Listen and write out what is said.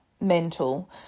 mental